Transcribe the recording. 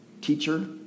teacher